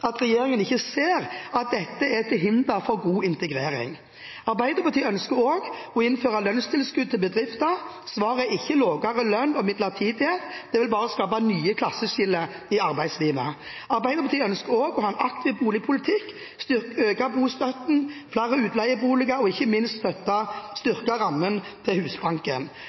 at regjeringen ikke ser at dette er til hinder for god integrering. Arbeiderpartiet ønsker også å innføre lønnstilskudd til bedrifter. Svaret er ikke lavere lønn og midlertidighet. Det vil bare skape nye klasseskiller i arbeidslivet. Arbeiderpartiet ønsker å ha en aktiv boligpolitikk – øke bostøtten, skaffe flere utleieboliger og ikke minst styrke rammen til Husbanken.